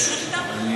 מתוך ההתקשרות אתם,